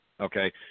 okay